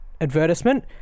advertisement